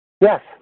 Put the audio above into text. Yes